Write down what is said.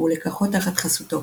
והוא לקחו תחת חסותו.